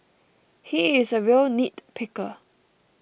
he is a real nitpicker